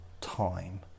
time